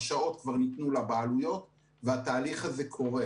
הרשאות כבר ניתנו לבעלויות והתהליך הזה קורה.